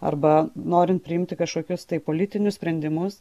arba norint priimti kažkokius tai politinius sprendimus